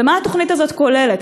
ומה התוכנית הזאת כוללת?